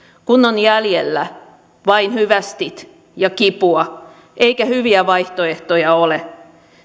kun on jäljellä vain hyvästit ja kipua eikä hyviä vaihtoehtoja ole